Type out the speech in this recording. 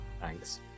Thanks